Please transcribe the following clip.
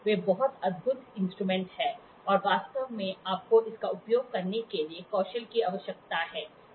वे बहुत अद्भुत इंस्ट्रूमेंट हैं और वास्तव में आपको इसका उपयोग करने के लिए कौशल की आवश्यकता है